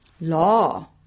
law